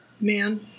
man